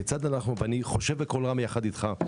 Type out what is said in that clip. ואני חושב בקול רם יחד איתך,